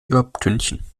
übertünchen